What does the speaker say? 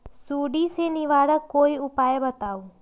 सुडी से निवारक कोई उपाय बताऊँ?